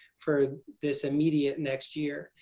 for this immediate next year.